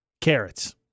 carrots